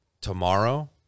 tomorrow